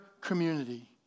community